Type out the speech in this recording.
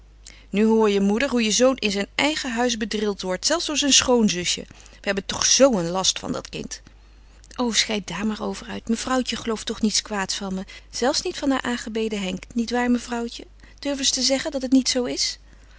nu hoor je moeder hoe je zoon in zijn eigen huis bedrild wordt zelfs door zijn schoonzusje we hebben toch zoo een last van dat kind o schei daar maar over uit mevrouwtje gelooft toch niets kwaads van me zelfs niet van haar aangebeden henk niet waar mevrouwtje durf eens te zeggen dat het niet zoo is